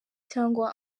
cyangwa